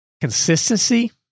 Consistency